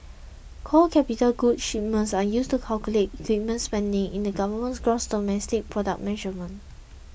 core capital goods shipments are used to calculate equipment spending in the government's gross domestic product measurement